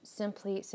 simply